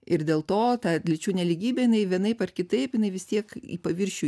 ir dėl to ta lyčių nelygybė vienaip ar kitaip jinai vis tiek į paviršių